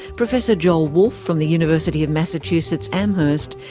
professor joel wolfe from the university of massachusetts amherst,